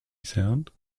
sound